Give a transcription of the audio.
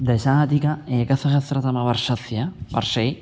दशाधिक एकसहस्रतमवर्षस्य वर्षे